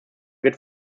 wird